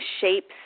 shapes